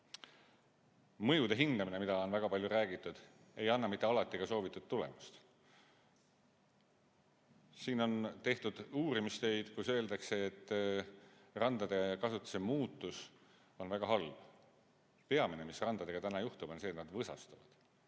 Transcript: mõjude hindamine, millest on väga palju räägitud, ei anna mitte alati soovitud tulemust. Siin on tehtud uurimistöid, kus öeldakse, et randade kasutuse muutus on väga halb. Peamine, mis randadega täna juhtub, on see, et nad võsastuvad.